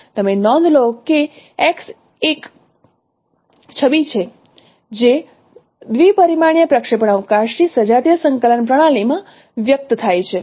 તમે નોંધ લો કે x એક છબી છે જે 2 પરિમાણીય પ્રક્ષેપણ અવકાશ ની સજાતીય સંકલન પ્રણાલી માં વ્યક્ત થાય છે